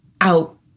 out